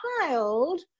child